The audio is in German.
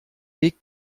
weg